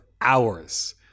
hours